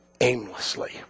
aimlessly